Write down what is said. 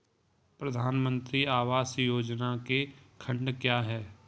प्रधानमंत्री आवास योजना के खंड क्या हैं?